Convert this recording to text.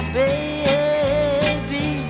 baby